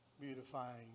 beautifying